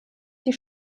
die